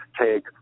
take